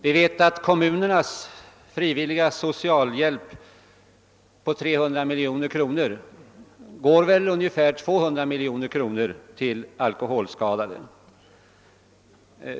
Vi vet att av kommunernas frivilliga socialhjälp på 300 miljoner kro nor går ungefär 200 miljoner kronor till alkoholskadade.